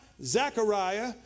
Zechariah